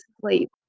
sleep